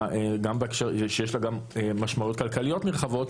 שיש לה גם משמעויות כלכליות נרחבות,